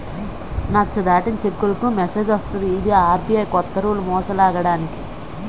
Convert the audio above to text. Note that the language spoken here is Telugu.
నచ్చ దాటిన చెక్కులకు మెసేజ్ వస్తది ఇది ఆర్.బి.ఐ కొత్త రూల్ మోసాలాగడానికి